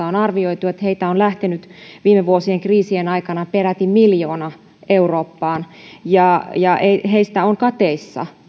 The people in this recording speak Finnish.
on arvioitu että heitä on lähtenyt viime vuosien kriisien aikana peräti miljoona eurooppaan ja ja heistä on kateissa